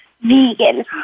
vegan